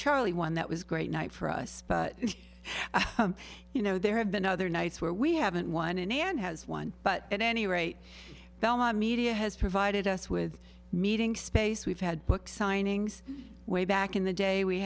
charlie one that was great night for us but you know there have been other nights where we haven't won in a man has won but at any rate belmont media has provided us with meeting space we've had book signings way back in the day we